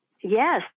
Yes